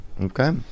Okay